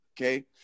Okay